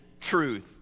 truth